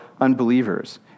unbelievers